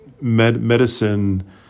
medicine